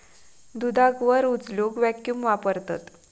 दुधाक वर उचलूक वॅक्यूम वापरतत